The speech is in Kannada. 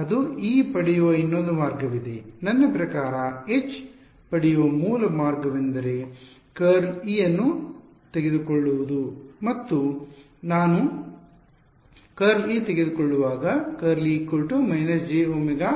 ಅದು E ಪಡೆಯುವ ಇನ್ನೊಂದು ಮಾರ್ಗವಾಗಿದೆ ನನ್ನ ಪ್ರಕಾರ H ಪಡೆಯುವ ಮೂಲ ಮಾರ್ಗವೆಂದರೆ ∇× E ಅನ್ನು ತೆಗೆದುಕೊಳ್ಳುವುದು ಮತ್ತು ನಾನು ∇× E ತೆಗೆದುಕೊಳ್ಳುವಾಗ ∇× E − jωμH